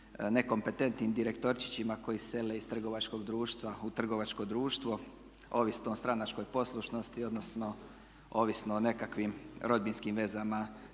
nekompetentnim direktoričićima koji sele iz trgovačkog društva u trgovačko društvo ovisno o stranačkoj poslušnosti odnosno ovisno o nekakvim rodbinskim vezama